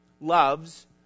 Loves